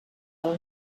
del